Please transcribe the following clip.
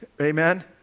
Amen